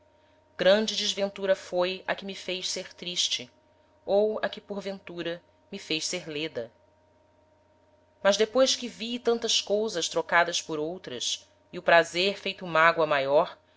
grande desventura foi a que me fez ser triste ou a que porventura me fez ser leda mas depois que vi tantas cousas trocadas por outras e o prazer feito mágoa maior